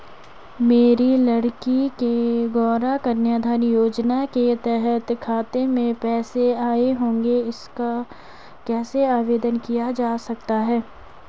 मेरी लड़की के गौंरा कन्याधन योजना के तहत खाते में पैसे आए होंगे इसका कैसे आवेदन किया जा सकता है?